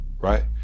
Right